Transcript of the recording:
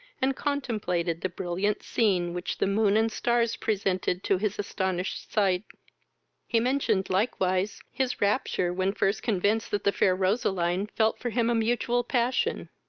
and contemplated the brilliant scene which the moon and stars presented to his astonished sight he mentioned likewise his rapture when first convinced that the fair roseline felt for him a mutual passion.